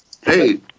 Hey